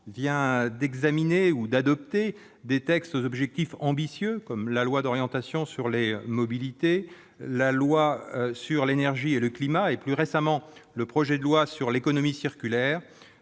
vient d'examiner ou d'adopter des textes aux objectifs ambitieux comme la loi d'orientation des mobilités, la loi relative à l'énergie et au climat et, plus récemment, le projet de loi relatif à la